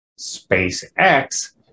SpaceX